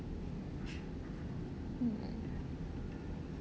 mm